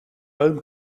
allem